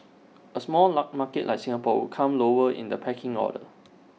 A small market like Singapore would come lower in the pecking order